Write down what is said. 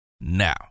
now